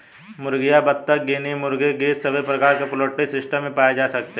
मुर्गियां, बत्तख, गिनी मुर्गी, गीज़ सभी प्रकार के पोल्ट्री सिस्टम में पाए जा सकते है